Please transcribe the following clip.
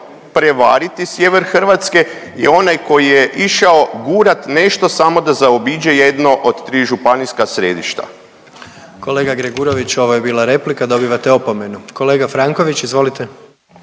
prevariti sjever Hrvatske je onaj koji je išao gurat nešto samo da zaobiđe jedno od tri županijska središta. **Jandroković, Gordan (HDZ)** Kolega Gregurović ovo je bila replika, dobivate opomenu. Kolega Franković, izvolite.